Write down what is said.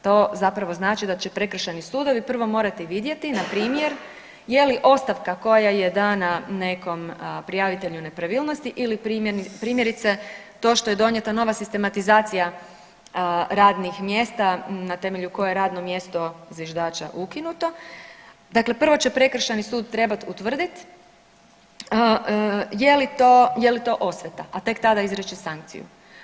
To zapravo znači da će prekršajni sudovi prvo morati vidjeti npr. je li ostavka koja je dana nekom prijavitelju nepravilnosti ili primjerice to što je donijeta nova sistematizacija radnih mjesta na temelju koje je radno mjesto zviždača ukinuto, dakle prvo će prekršajni sud trebat utvrdit je li to, je li to osveta, a tek tada izreći sankciju.